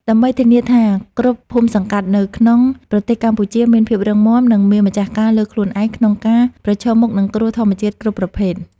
ដើម្បីធានាថាគ្រប់ភូមិសង្កាត់នៅក្នុងប្រទេសកម្ពុជា មានភាពរឹងមាំ និងមានម្ចាស់ការលើខ្លួនឯងក្នុងការប្រឈមមុខនឹងគ្រោះធម្មជាតិគ្រប់ប្រភេទ។